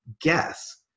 guess